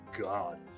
God